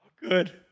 Good